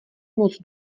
moc